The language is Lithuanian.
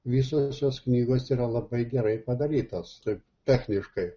visos jos knygos yra labai gerai padarytos kaip techniškai